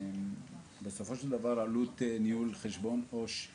בסופו של דבר עלות ניהול חשבון עובר ושב